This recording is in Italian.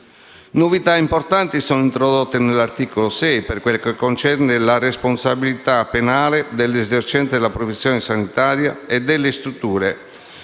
Novità importanti sono introdotte nell'articolo 6 per quanto concerne la responsabilità penale dell'esercente la professione sanitaria e delle strutture